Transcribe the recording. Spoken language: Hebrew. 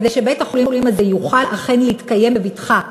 כדי שבית-החולים הזה יוכל אכן להתקיים בבטחה,